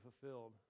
fulfilled